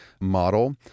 model